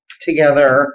together